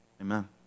Amen